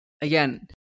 again